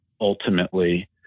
ultimately